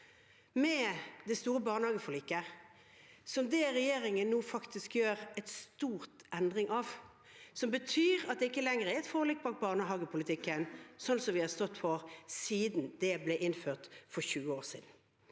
med det store barnehageforliket, som regjeringen nå faktisk gjør en stor endring av. Det betyr at det ikke lenger er et forlik om barnehagepolitikken, som vi har stått for siden det ble innført for 20 år siden.